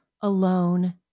alone